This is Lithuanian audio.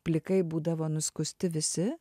plikai būdavo nuskusti visi